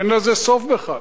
אין לזה סוף בכלל.